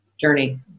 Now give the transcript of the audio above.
journey